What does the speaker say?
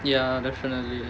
ya definitely